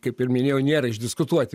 kaip ir minėjau nėra išdiskutuoti